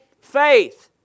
Faith